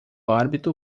árbitro